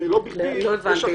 ולא בכדי יש החלטה --- לא הבנתי.